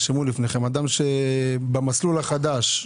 תרשמו לפניכם שאלה: במסלול החדש,